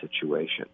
situation